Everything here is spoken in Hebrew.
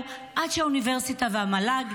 עד שהאוניברסיטה והמל"ג